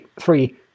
three